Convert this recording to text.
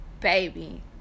Baby